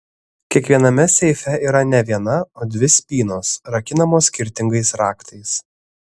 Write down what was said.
kiekviename seife yra ne viena o dvi spynos rakinamos skirtingais raktais